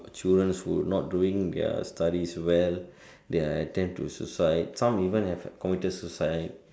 the children who not doing their studies well they are tend to suicide some even have committed suicide